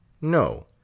No